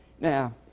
Now